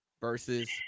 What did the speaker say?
versus